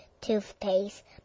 toothpaste